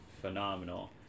phenomenal